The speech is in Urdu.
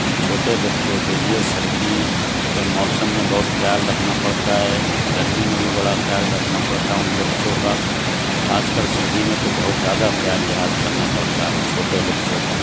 چھوٹے بچوں کے لیے سردی کے موسم میں بہت خیال رکھنا پڑتا ہے گرمی میں بھی بڑا خیال رکھنا پڑتا ہے ان بچوں کا خاص کر سردی میں تو بہت زیادہ خیال لحاظ کرنا پڑتا ہے ان چھوٹے بچوں کا